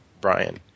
Brian